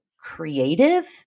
creative